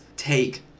take